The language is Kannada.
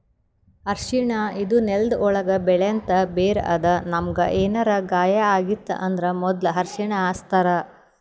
ಅರ್ಷಿಣ ಇದು ನೆಲ್ದ ಒಳ್ಗ್ ಬೆಳೆಂಥ ಬೇರ್ ಅದಾ ನಮ್ಗ್ ಏನರೆ ಗಾಯ ಆಗಿತ್ತ್ ಅಂದ್ರ ಮೊದ್ಲ ಅರ್ಷಿಣ ಹಚ್ತಾರ್